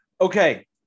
Okay